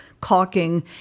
caulking